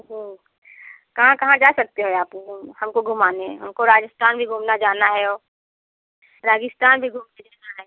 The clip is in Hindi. कहाँ कहाँ जा सकते हैओ आप हमको घुमाने हमको राजस्थान भी घूमना जाना हेओ राजस्थान भी घूमने जाना है